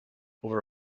over